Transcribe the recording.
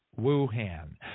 Wuhan